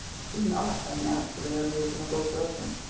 she's not a naturally unreasonable person,